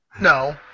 No